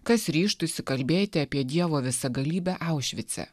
kas ryžtųsi kalbėti apie dievo visagalybę aušvice